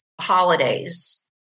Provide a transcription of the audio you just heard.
holidays